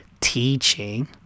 teaching